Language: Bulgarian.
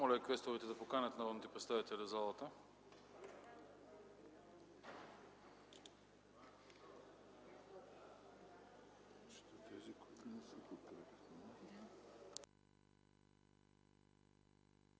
Моля квесторите да поканят народните представители в залата.